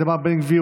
איתמר בן גביר,